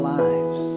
lives